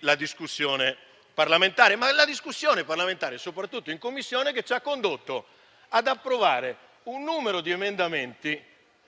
la discussione parlamentare, che è proprio quella che soprattutto in Commissione ci ha condotto ad approvare un numero di emendamenti